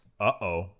Uh-oh